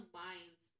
lines